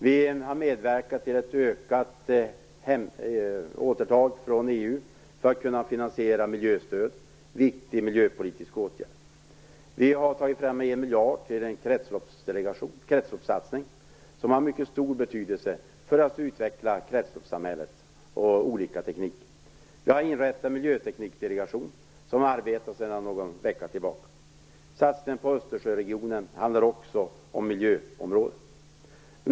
Vi har medverkat till ett ökat återtag från EU för att kunna finansiera miljöstöd, en viktig miljöpolitisk åtgärd. Vi har tagit fram 1 miljard till den kretsloppssatsning som har mycket stor betydelse för att utveckla kretsloppssamhället och olika tekniker. Vi har inrättat Miljöteknikdelegationen som arbetar sedan någon vecka tillbaka. Satsningen på Östersjöregionen handlar också om miljöområdet.